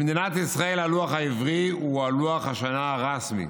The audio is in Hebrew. במדינת ישראל, הלוח העברי הוא לוח השנה הרשמי